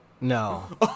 No